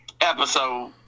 episode